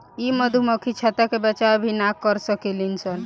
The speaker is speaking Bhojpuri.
इ मधुमक्खी छत्ता के बचाव भी ना कर सकेली सन